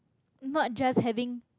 not just having